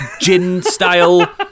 gin-style